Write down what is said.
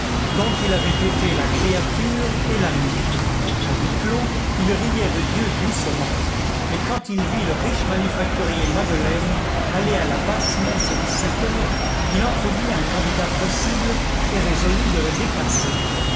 dont il avait été la créature et l'ami à huis clos il riait de dieu doucement mais quand il vit le riche manufacturier madeleine aller à la basse messe de sept heures il entrevit un candidat possible et résolut de le dépasser